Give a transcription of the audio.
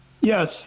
yes